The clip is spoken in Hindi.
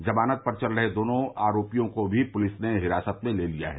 जमानत पर चल रहे दोनों आरोपियों को भी पुलिस ने हिरासत में ले लिया है